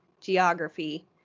geography